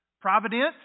Providence